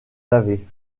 avez